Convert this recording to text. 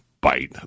bite